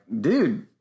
dude